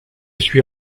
suis